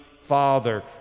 father